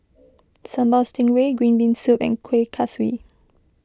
Sambal Stingray Green Bean Soup and Kuih Kaswi